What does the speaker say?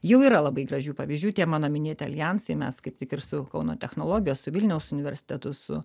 jau yra labai gražių pavyzdžių tie mano minėti aljansai mes kaip tik ir su kauno technologijos su vilniaus universitetu su